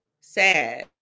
sad